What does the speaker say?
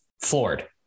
floored